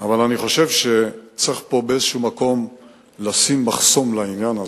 אבל אני חושב שצריך פה באיזה מקום לשים מחסום לעניין הזה,